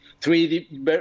three